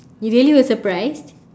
you really was surprised